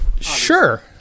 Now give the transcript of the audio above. sure